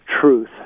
truth